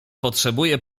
potrzebuje